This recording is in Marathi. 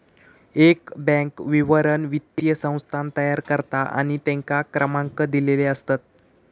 एक बॅन्क विवरण वित्तीय संस्थान तयार करता आणि तेंका क्रमांक दिलेले असतत